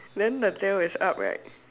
then the tale is up right